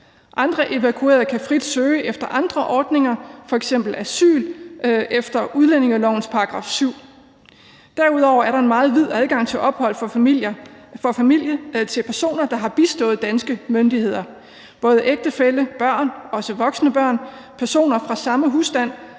Andre evakuerede kan frit søge efter andre ordninger, f.eks. asyl efter udlændingelovens § 7. Derudover er der en meget vid adgang til ophold for familie til personer, der har bistået danske myndigheder. Både ægtefæller, børn – også voksne børn – personer fra samme husstand,